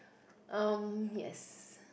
um yes